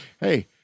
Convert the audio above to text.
Hey